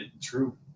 True